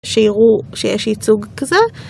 שיראו שיש ייצוג כזה.